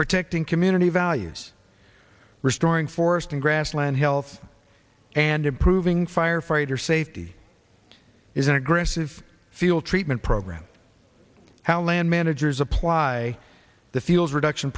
protecting community values restoring forest and grassland health and improving firefighter safety is an aggressive field treatment program how land managers apply the fuels reduction